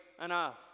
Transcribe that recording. enough